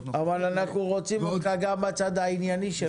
אבל אנחנו רוצים אותך גם בצד הענייני של החוק.